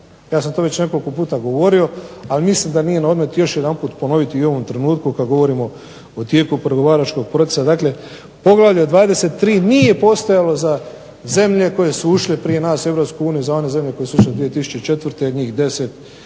Ja sam to već nekoliko puta govorio, ali mislim da nije na odmet još jedanput govoriti u ovom trenutku kada govorimo o tijeku pregovaračkog procesa. Dakle, poglavlje 23 nije postojalo za zemlje koje su ušle prije nas u EU, dakle za one koje su ušle 2004. njih 10